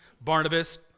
Barnabas